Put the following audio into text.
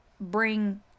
bring